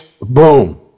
boom